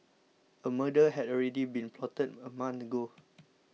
a murder had already been plotted a month ago